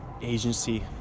agency